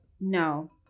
No